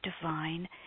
divine